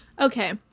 Okay